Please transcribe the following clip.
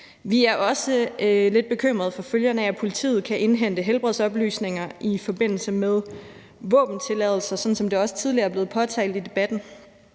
Vi er også lidt bekymrede for følgerne af, at politiet kan indhente helbredsoplysninger i forbindelse med våbentilladelser, som det også tidligere er blevet påtalt i debatten,